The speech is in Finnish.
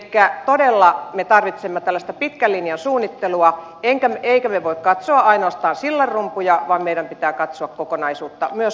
elikkä todella me tarvitsemme tällaista pitkän linjan suunnittelua emmekä me voi katsoa ainoastaan sillanrumpuja vaan meidän pitää katsoa kokonaisuutta myös asuntotuotantoa